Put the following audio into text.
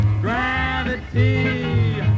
gravity